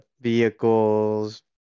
vehicles